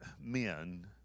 men